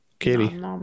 Katie